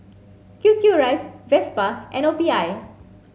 Q Q rice Vespa and O P I